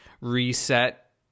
reset